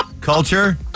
culture